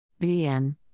BN